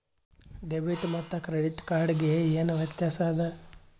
Debit ಮತ್ತ credit card ಗೆ ಏನ ವ್ಯತ್ಯಾಸ ಆದ?